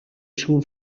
són